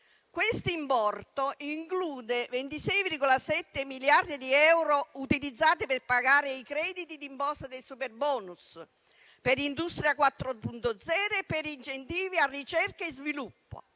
questo importo include 26,7 miliardi di euro utilizzati per pagare i crediti di imposta dei superbonus, per Industria 4.0 e per incentivi a ricerca e sviluppo: